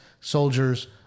soldiers